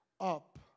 up